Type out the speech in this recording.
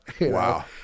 wow